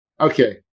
Okay